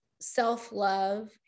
self-love